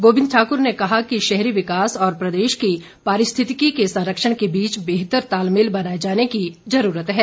गोंबिंद ठाकुर ने कहा कि शहरी विकास और प्रदेश की पारिस्थितिकी के संरक्षण के बीच बेहतर तालमेल बनाए जाने की जरूरत है